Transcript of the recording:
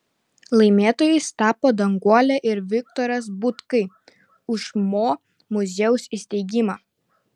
laimėtojais tapo danguolė ir viktoras butkai už mo muziejaus įsteigimą